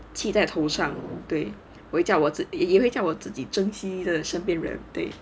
气在头上对回教也会叫我自己珍惜身边人的